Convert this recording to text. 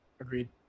Agreed